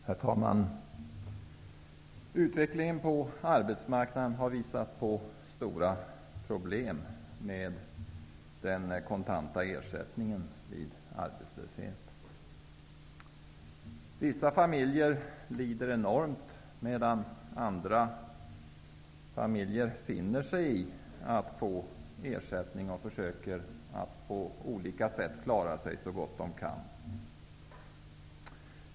Herr talman! Utvecklingen på arbetsmarknaden har visat på stora problem med den kontanta ersättningen vid arbetslöshet. Vissa familjer lider enormt, medan andra familjer finner sig i att få ersättning och på olika sätt försöker att klara sig så gott de kan.